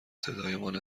صدایمان